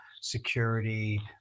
security